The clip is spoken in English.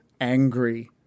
angry